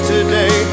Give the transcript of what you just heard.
Today